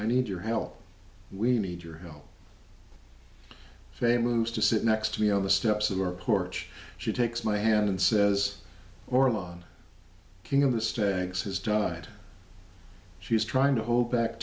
i need your help we need your help famous to sit next to me on the steps of our porch she takes my hand and says orla king of the stags has died she is trying to hold back